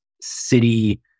city